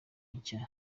nshya